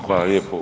Hvala lijepo.